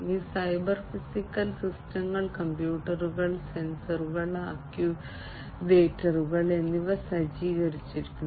ഈ cyber physical സിസ്റ്റങ്ങളിൽ കമ്പ്യൂട്ടറുകൾ സെൻസറുകൾ ആക്യുവേറ്ററുകൾ എന്നിവ സജ്ജീകരിച്ചിരിക്കുന്നു